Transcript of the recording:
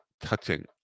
Touching